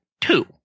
Two